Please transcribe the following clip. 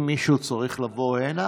ואם מישהו צריך לבוא הנה,